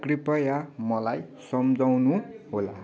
कृपया मलाई सम्झाउनुहोला